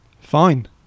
Fine